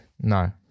no